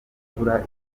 imvura